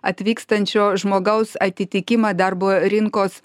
atvykstančio žmogaus atitikimą darbo rinkos